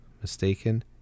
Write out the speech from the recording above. mistaken